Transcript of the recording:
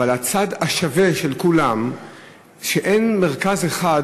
אבל הצד השווה לכולן הוא שאין מרכז אחד